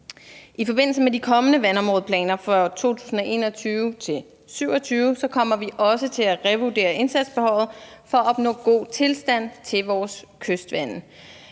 I forbindelse med de kommende vandområdeplaner for 2021-2027 kommer vi også til at revurdere indsatsbehovet for at opnå god tilstand i vores kystvande.